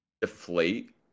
deflate